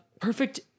perfect